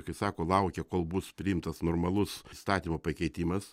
kaip sako laukia kol bus priimtas normalus įstatymo pakeitimas